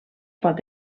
pot